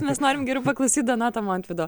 mes norim geriau paklausyt donato montvydo